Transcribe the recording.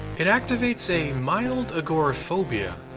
it activates a mild agoraphobia.